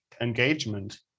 engagement